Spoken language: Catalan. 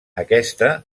aquesta